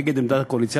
נגד עמדת הקואליציה,